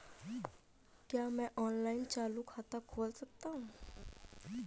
क्या मैं ऑनलाइन चालू खाता खोल सकता हूँ?